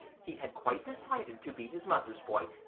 he had quite decided to be his mother's boy,